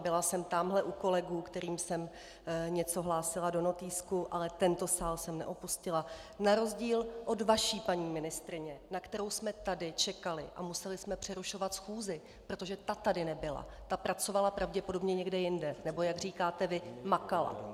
Byla jsem tamhle u kolegů, kterým jsem něco hlásila do notýsku, ale tento sál jsem neopustila, na rozdíl od vaší paní ministryně, na kterou jsme tady čekali, a museli jsme přerušovat schůzi, protože ta tady nebyla, ta pracovala pravděpodobně někde jinde, nebo jak říkáte vy, makala.